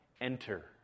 enter